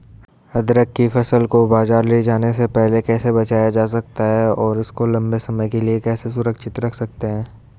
अदरक की फसल को बाज़ार ले जाने से पहले कैसे बचाया जा सकता है और इसको लंबे समय के लिए कैसे सुरक्षित रख सकते हैं?